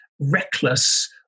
reckless